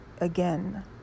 again